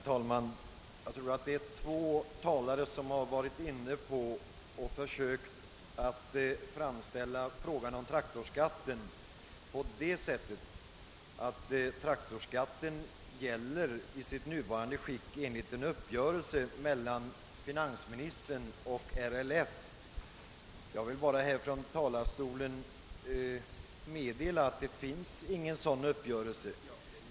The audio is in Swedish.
Herr talman! Två talare har här försökt framställa det som om traktorskatten i sitt nuvarande skick skulle ha utformats enligt en uppgörelse mellan finansministern och RLF. Jag vill från denna talarstol understryka, att det inte föreligger någon sådan uppgörelse.